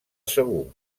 segur